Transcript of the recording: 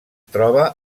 troba